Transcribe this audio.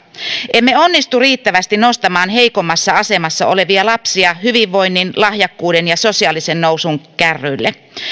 emme onnistu riittävästi nostamaan heikommassa asemassa olevia lapsia hyvinvoinnin lahjakkuuden ja sosiaalisen nousun kärryille